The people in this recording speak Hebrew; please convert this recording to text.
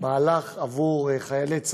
מהלך עבור חיילי צה"ל,